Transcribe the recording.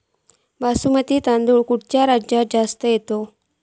बासमती तांदूळ खयच्या राज्यात जास्त येता?